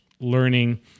learning